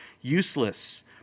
Useless